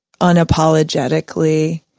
unapologetically